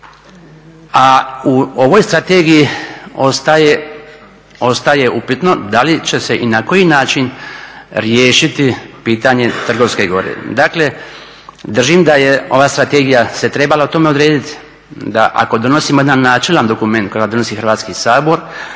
a u ovoj strategiji ostaje upitno da li će se i na koji način riješiti pitanje Trgovske gore. Dakle, držim da je ova strategija se trebala o tome odredit da ako donosimo jedan načelan dokument kojega donosi Hrvatski sabor,